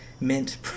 mint